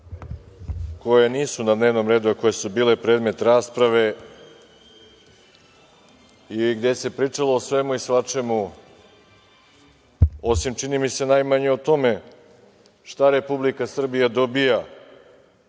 koje nisu na dnevnom redu, a koje su bile predmet rasprave i gde se pričalo o svemu i svačemu, osim čini mi se najmanje o tome šta Republika Srbija dobija